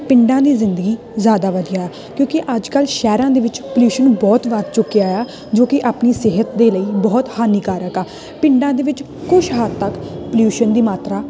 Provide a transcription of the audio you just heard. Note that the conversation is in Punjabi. ਪਿੰਡਾਂ ਦੀ ਜ਼ਿੰਦਗੀ ਜ਼ਿਆਦਾ ਵਧੀਆ ਕਿਉਂਕਿ ਅੱਜ ਕੱਲ੍ਹ ਸ਼ਹਿਰਾਂ ਦੇ ਵਿੱਚ ਪੋਲਿਊਸ਼ਨ ਬਹੁਤ ਵੱਧ ਚੁੱਕਿਆ ਆ ਜੋ ਕਿ ਆਪਣੀ ਸਿਹਤ ਦੇ ਲਈ ਬਹੁਤ ਹਾਨੀਕਾਰਕ ਆ ਪਿੰਡਾਂ ਦੇ ਵਿੱਚ ਕੁਛ ਹੱਦ ਤੱਕ ਪਲਿਊਸ਼ਨ ਦੀ ਮਾਤਰਾ